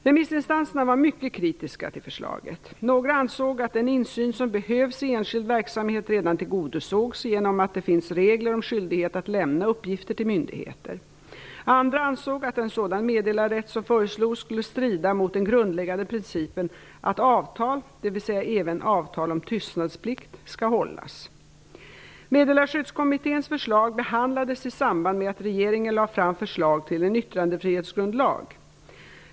Remissinstanserna var mycket kritiska till förslaget. Några ansåg att den insyn som behövs i enskild verksamhet redan tillgodosågs genom att det finns regler om skyldighet att lämna uppgifter till myndigheter. Andra ansåg att en sådan meddelarrätt som föreslogs skulle strida mot den grundläggande principen att avtal, dvs. även avtal om tystnadsplikt, skall hållas. Meddelarskyddskommitténs förslag behandlades i samband med att regeringen lade fram förslag till en yttrandefrihetsgrundlag.